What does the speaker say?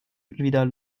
wieder